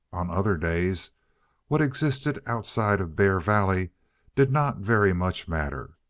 on other days what existed outside of bear valley did not very much matter.